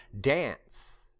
Dance